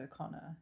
O'Connor